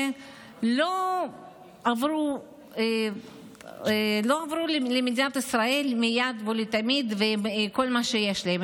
שלא עברו למדינת ישראל מייד ולתמיד עם כל מה שיש להם,